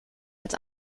als